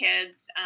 kids